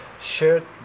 shirt